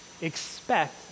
expect